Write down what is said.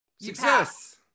Success